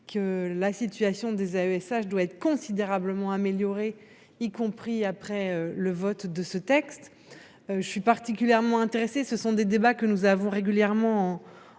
que la situation des AESH doit être considérablement améliorée, y compris après le vote de ce texte. Je suis particulièrement intéressé ce sont des débats que nous avons régulièrement en